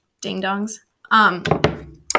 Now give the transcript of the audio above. Ding-dongs